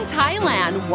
Thailand